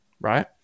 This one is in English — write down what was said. right